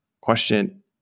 question